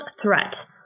threat